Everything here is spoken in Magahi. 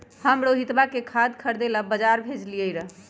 हम रोहितवा के खाद खरीदे ला बजार भेजलीअई र